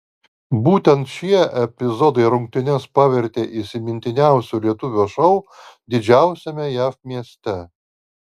būtent šie epizodai rungtynes pavertė įsimintiniausiu lietuvio šou didžiausiame jav mieste